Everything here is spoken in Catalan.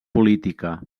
política